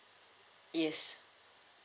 yes